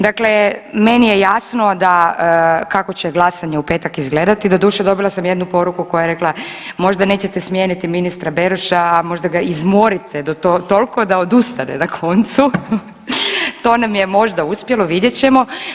Dakle, meni je jasno kako će glasanje u petak izgledati, doduše dobila sam jednu poruku koja je rekla možda nećete smijeniti ministra Beroša, a možda ga izmorite toliko da odustane na koncu, to nam je možda uspjelo, vidjet ćemo.